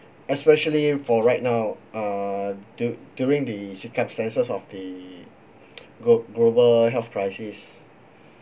especially for right now err du~ during the circumstances of the glo~ global health crisis